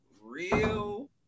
real